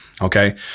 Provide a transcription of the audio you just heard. Okay